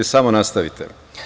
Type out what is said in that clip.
Samo nastavite.